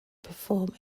perform